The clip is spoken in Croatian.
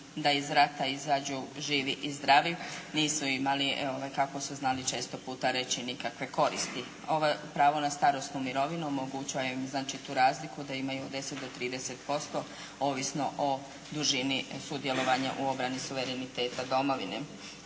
da iz rata izađu živi i zdravi nisu imali kako su znali reći nikakve koristi. Ovo pravo na starosnu mirovinu omogućava im tu razliku da imaju 10 do 30% ovisno o dužini sudjelovanja u obrani suvereniteta domovine.